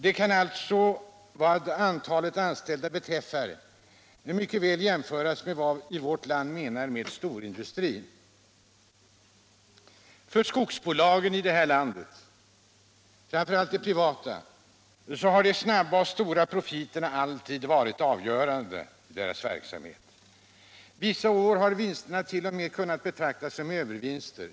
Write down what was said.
Den kan alltså, vad antalet anställda beträffar, mycket väl jämföras med vad vi i vårt land kallar storindustri. För skogsbolagen i det här landet — framför allt de privata — har de snabba och stora profiterna alltid varit avgörande. Vissa år har vinsterna t.o.m. kunnat betraktas som ”övervinster”.